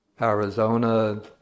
Arizona